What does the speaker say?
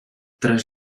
tras